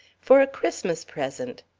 for a christmas present.